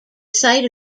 site